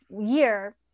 year